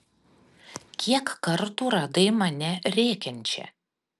kiek kartų radai mane rėkiančią